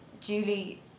Julie